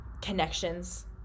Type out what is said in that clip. connections